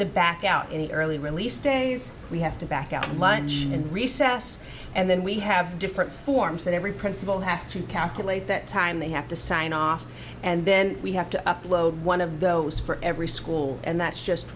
to back out in the early release days we have to back out lunch and recess and then we have different forms that every principal has to calculate that time they have to sign off and then we have to upload one of those for every school and that's just